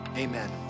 Amen